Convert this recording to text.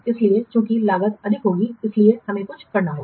इसलिए चूंकि लागत अधिक होगी इसलिए हमें कुछ करना होगा